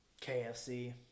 KFC